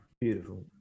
Beautiful